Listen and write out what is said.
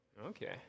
Okay